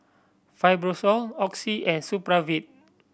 Fibrosol Oxy and Supravit